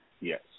Yes